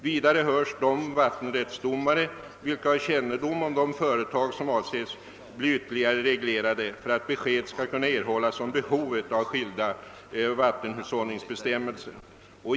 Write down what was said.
Vidare hörs de vattenrättsdomare vilka har kännedom om de företag som avses bli ytterligare reglerade för att besked skall kunna erhållas om behovet av särskilda vattenhushållningsbestämmelser.